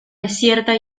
desierta